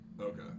Okay